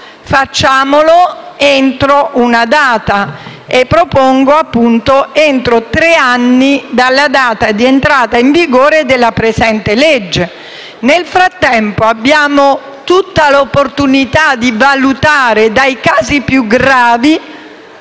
facciamolo entro una data e nell'emendamento propongo «entro tre anni dalla data di entrata in vigore della presente legge». Nel frattempo avremo l'opportunità di valutare, dai casi più gravi